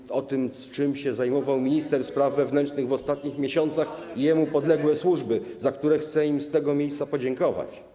Mówię o tym, czym się zajmował minister spraw wewnętrznych w ostatnich miesiącach i jemu podległe służby, za co chcę im z tego miejsca podziękować.